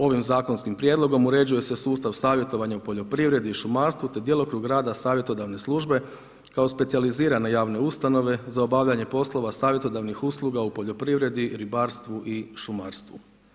Ovim zakonskim prijedlogom uređuje se sustav savjetovanja u poljoprivredi i šumarstvu te djelokrug rada savjetodavne službe kao specijalizirane javne ustanove za obavljanje poslova savjetodavnih usluga u poljoprivredi, ribarstvu i šumarstvu.